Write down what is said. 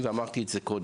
ואם היא קמה,